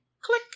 Click